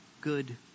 good